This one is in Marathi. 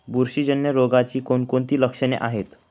बुरशीजन्य रोगाची कोणकोणती लक्षणे आहेत?